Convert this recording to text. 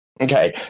Okay